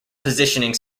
positioning